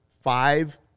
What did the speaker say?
five